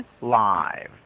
live